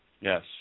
Yes